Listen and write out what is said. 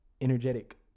energetic